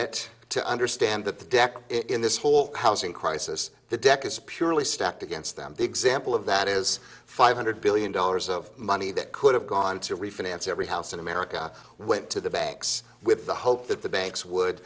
it to understand that the deck in this whole housing crisis the deck is purely stacked against them the example of that is five hundred billion dollars of money that could have gone to refinance every house in america went to the banks with the hope that the banks would